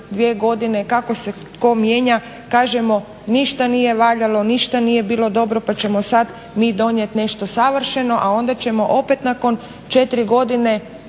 dvije godine, kako se tko mijenja, kažemo ništa nije valjalo, ništa nije bilo dobro pa ćemo sad mi donijet nešto savršeno, a onda ćemo opet nakon četiri godine